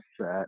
set